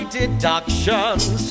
deductions